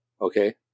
Okay